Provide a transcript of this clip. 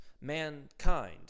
mankind